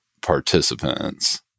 participants